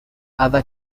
other